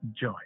joy